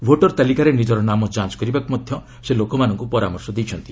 voter ତାଲିକାରେ ନିଜର ନାମ ଯାଞ୍ଚ୍ କରିବାକୁ ମଧ୍ୟ ସେ ଲୋକମାନଙ୍କୁ ପରାମର୍ଶ ଦେଇଛନ୍ତି